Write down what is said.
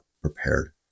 prepared